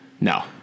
No